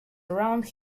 around